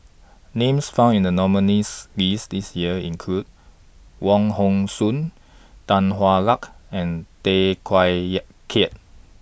Names found in The nominees' list This Year include Wong Hong Suen Tan Hwa Luck and Tay Teow Kiat